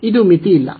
ಇದು ಮಿತಿಯಿಲ್ಲ